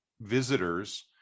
visitors